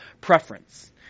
preference